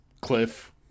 Cliff